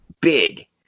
big